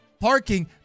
parking